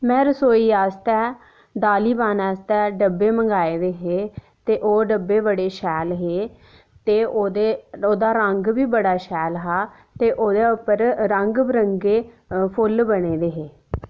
में रसोई आस्तै दाली पाने आस्तै डब्बे मंगाए दे हे ते ओह् डब्बे बडे़ शैल हे ते ओह्दा रंग बी बड़ा शैल हा ते ओह्दे उप्पर रंग बरंगे फुल्ल बने दे हे